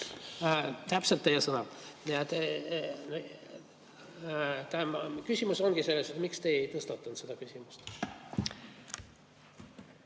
Täpselt teie sõnad. Küsimus ongi selles: miks te ei tõstatanud seda küsimust?